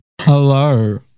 Hello